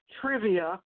Trivia